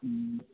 ہوں